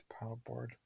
paddleboard